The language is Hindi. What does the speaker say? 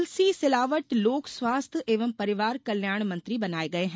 तुलसी सिलावट लोक स्वास्थ्य एवं परिवार कल्याण मंत्री बनाये गये है